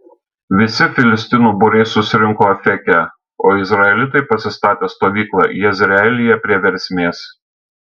visi filistinų būriai susirinko afeke o izraelitai pasistatė stovyklą jezreelyje prie versmės